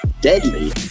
Deadly